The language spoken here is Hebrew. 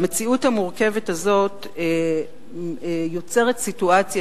המציאות המורכבת הזאת יוצרת סיטואציה